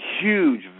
huge